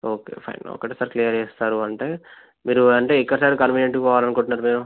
okay fine ఒకటే సారి clear చేస్తారు అంటే మీరు అంటే ఎక్కడి సైడ్ కన్వీనియంట్గా పోవాలి అనుకుంటున్నారు మీరు